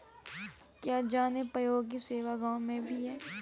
क्या जनोपयोगी सेवा गाँव में भी है?